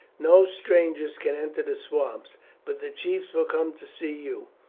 no strangers can enter the swamps but the chiefs will come to see you.